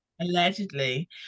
Allegedly